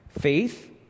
faith